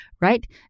right